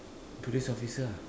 police officer ah